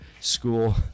school